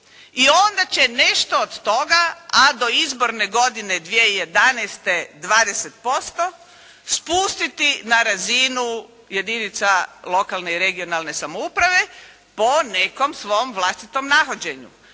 i onda će nešto od toga, a do izborne godine 2011. 20% spustiti na razinu jedinica lokalne i regionalne samouprave po nekom svom vlastitom nahođenju,